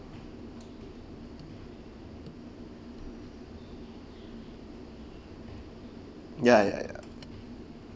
ya ya ya